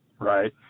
Right